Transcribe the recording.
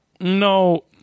no